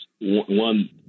one